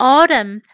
Autumn